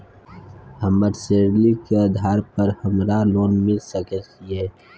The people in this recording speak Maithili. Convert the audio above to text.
हमर सैलरी के आधार पर हमरा लोन मिल सके ये?